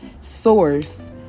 source